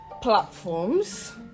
platforms